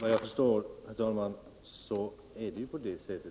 Herr talman!